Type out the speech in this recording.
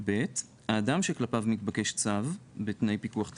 (ב) האדם שכלפיו מתבקש צו בתנאי פיקוח טכנולוגי,